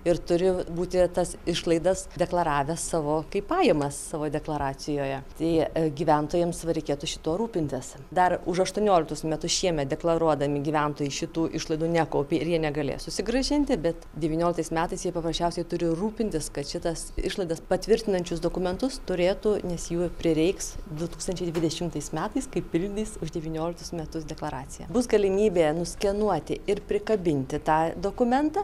ir turi būti tas išlaidas deklaravęs savo kaip pajamas savo deklaracijoje tie gyventojams va reikėtų šituo rūpintis dar už aštuonioliktus metus šiemet deklaruodami gyventojai šitų išlaidų nekaupė ir jie negalės susigrąžinti bet devynioliktais metais jie paprasčiausiai turi rūpintis kad šitas išlaidas patvirtinančius dokumentus turėtų nes jų prireiks du tūkstančiai dvidešimtais metais kai pildys už devynioliktus metus deklaraciją bus galimybė nuskenuoti ir prikabinti tą dokumentą